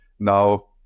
Now